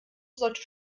sollte